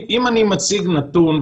אם אני מציב נתון,